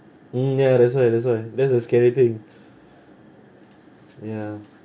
mm ya that's why that's why that's the scary thing ya